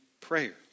prayer